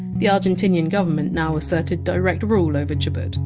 the argentinian government now asserted direct rule over chubut,